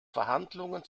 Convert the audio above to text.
verhandlungen